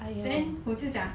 then 我就讲